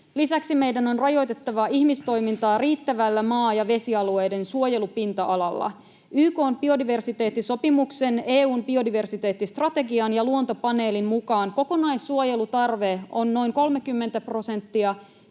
Lisäksi meidän on rajoitettava ihmistoimintaa riittävällä maa- ja vesialueiden suojelupinta-alalla. YK:n biodiversiteettisopimuksen, EU:n biodiversiteettistrategian ja Luontopaneelin mukaan kokonaissuojelutarve on noin 30 prosenttia,